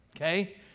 okay